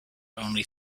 only